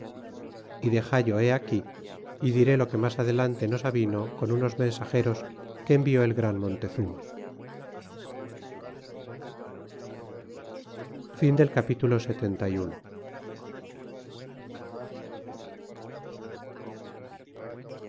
y dexallo he aquí y diré lo que mas adelante nos avino con unos mensageros que envió el gran montezuma capitulo